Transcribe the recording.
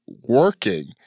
working